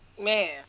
Man